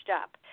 up